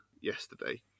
yesterday